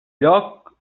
lloc